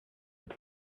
had